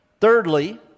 thirdly